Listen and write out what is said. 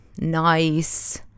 nice